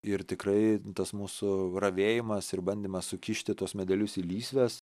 ir tikrai tas mūsų ravėjimas ir bandymas sukišti tuos medelius į lysves